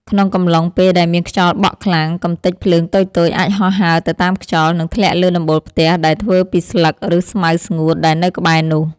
ក្នុងកំឡុងពេលដែលមានខ្យល់បក់ខ្លាំង កម្ទេចភ្លើងតូចៗអាចហោះហើរទៅតាមខ្យល់ និងធ្លាក់លើដំបូលផ្ទះដែលធ្វើពីស្លឹក ឬស្មៅស្ងួតដែលនៅក្បែរនោះ។